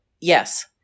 yes